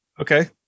Okay